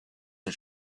her